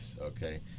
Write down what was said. okay